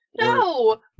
No